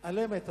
על אמת,